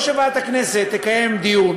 או שוועדת הכנסת תקיים דיון,